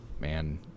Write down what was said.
Man